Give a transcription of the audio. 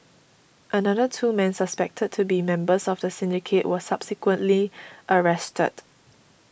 another two men suspected to be members of the syndicate were subsequently arrested